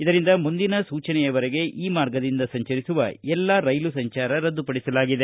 ಇದರಿಂದ ಮುಂದಿನ ಸೂಚನೆವರೆಗೆ ಈ ಮಾರ್ಗದಿಂದ ಸಂಚರಿಸುವ ಎಲ್ಲಾ ರೈಲು ಸಂಚಾರ ರದ್ದುಪಡಿಸಲಾಗಿದೆ